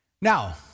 Now